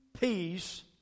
peace